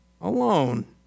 alone